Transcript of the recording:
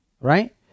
Right